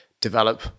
develop